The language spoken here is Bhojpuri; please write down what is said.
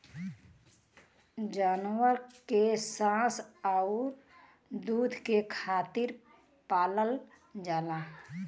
जानवर के मांस आउर दूध के खातिर पालल जाला